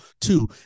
two